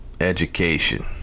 education